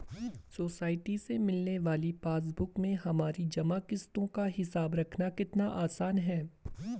society से मिलने वाली पासबुक में हमारी जमा किश्तों का हिसाब रखना कितना आसान है